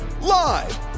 live